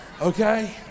Okay